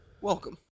Welcome